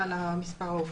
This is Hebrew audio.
למספר העובדים.